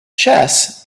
chess